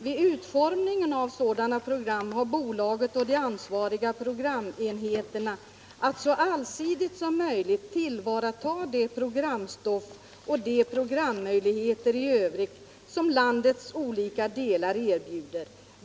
Vid utformningen av sådana program har bolaget och de ansvariga programenheterna att så allsidigt som möjligt tillvarata det programstoff och de programmöjligheter i övrigt, som landets olika delar ,erbjuder.